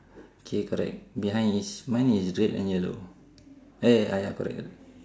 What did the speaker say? K correct behind is mine is red and yellow eh ah ya correct correct